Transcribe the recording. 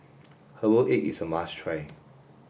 herbal egg is a must try